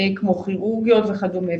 כמו כירורגיות וכדומה,